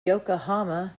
yokohama